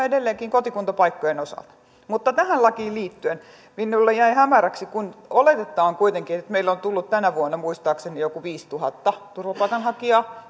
edelleenkin kotikuntapaikkojen osalta mutta tähän lakiin liittyen minulle jäi hämäräksi että kun oletettavaa on kuitenkin että meille on tullut tänä vuonna muistaakseni jotain viisituhatta turvapaikanhakijaa